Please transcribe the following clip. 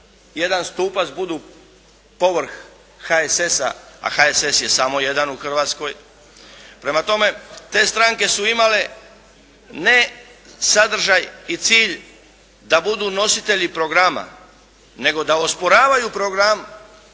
jedan stupac butu povrh HSS-a, a HSS je samo jedan u Hrvatskoj. Prema tome te stranke su imale ne sadržaj i cilj da budu nositelji programa nego da osporavaju program,